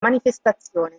manifestazione